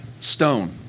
stone